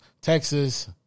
Texas